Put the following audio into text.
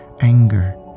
anger